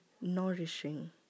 nourishing